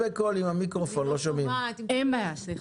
כשליש מהתקנים הוחרגו דה-פקטו מהרפורמה כי הם תקנים מקוריים,